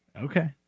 Okay